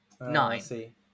nine